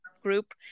group